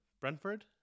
Brentford